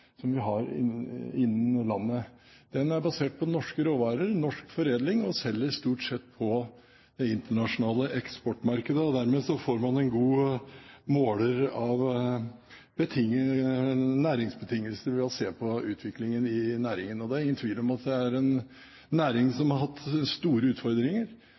som vi har i landet. Den er basert på norske råvarer og norsk foredling og selger stort sett på det internasjonale eksportmarkedet. Dermed får man en god måler av næringsbetingelser ved å se på utviklingen i næringen. Det er ingen tvil om at det er en næring som har hatt store utfordringer.